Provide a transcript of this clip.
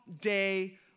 day